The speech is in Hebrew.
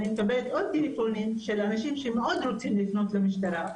אני מקבלת טלפונים מאנשים שמאוד רוצים לפנות למשטרה,